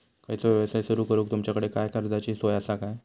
खयचो यवसाय सुरू करूक तुमच्याकडे काय कर्जाची सोय होता काय?